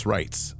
Rights